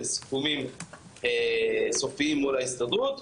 בסיכומים סופיים מול ההסתדרות,